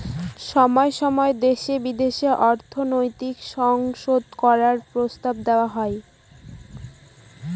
সময় সময় দেশে বিদেশে অর্থনৈতিক সংশোধন করার প্রস্তাব দেওয়া হয়